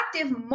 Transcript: active